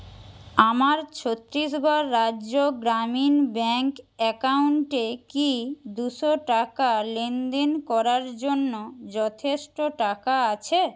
আমার ছত্তিশগড় রাজ্য গ্রামীণ ব্যাংক অ্যাকাউন্টে কি দুশো টাকা লেনদেন করার জন্য যথেষ্ট টাকা আছে